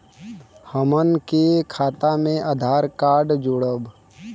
हमन के खाता मे आधार कार्ड जोड़ब?